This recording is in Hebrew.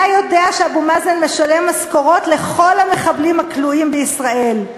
אתה יודע שאבו מאזן משלם משכורות לכל המחבלים הכלואים בישראל,